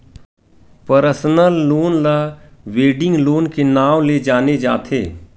personal loan ल wedding loan के नांव ले जाने जाथे